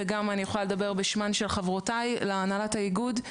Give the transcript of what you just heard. וגם אני יכולה לדבר בשמן של חברותיי להנהלת האיגוד,